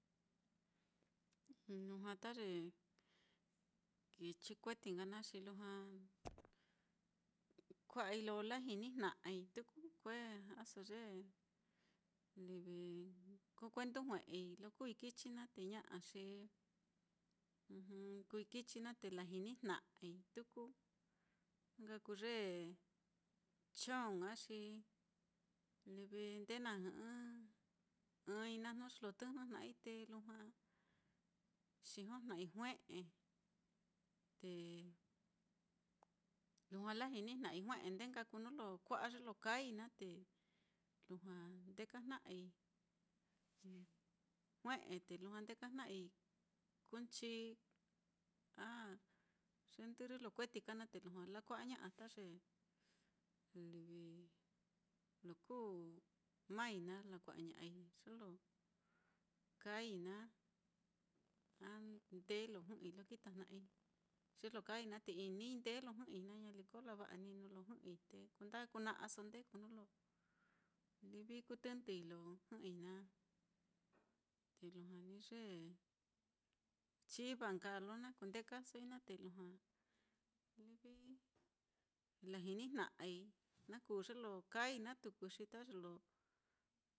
Lujua ta ye kichi kueti nka naá, xi lujua kua'ai lo lajinijna'ai tuku, kue ja'aso ye ko kundu jue'ei lo kuui kichi naá te ña'a xi kuui kichi naá te lajinijna'ai tuku, na nka kuu ye chong á xi livi nde na jɨ'ɨ ɨ́ɨ́n-i naá jnu ye lo tɨjnɨ jna'ai te lujua xijojna'ai jue'e, lujua lajinijna'ai jue'e nde nka kuu nuu lo kua'a ye lo kaai naá, te lujua ndeka jna'ai jue'e te lujua ndekajna'ai kuunchi a ye ndɨrrɨ lo kueti ka naá, te lujua lakua'aña'a ta ye livi lo kuu maai naá lakua'aña'ai ye lo kaai naá, a nde lo jɨ'ɨi lo ki tajna'ai ye lo kaai naá, te inii ndee lo jɨ'ɨi naá ñaliko lava'a ní nuu lo jɨ'ɨi, te kuenda kuna'aso ndee kuu nuu lo livi kuu tɨndɨi lo jɨ'ɨi naá. Te lujua ní ye chiva nka á, lo na kundekasoi naá, te lujua livi lajinijna'ai na kuu ye lo kaai naá tuku xi ta ye lo.